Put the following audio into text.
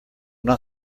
not